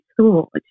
thought